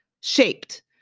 shaped